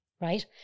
right